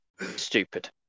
Stupid